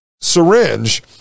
syringe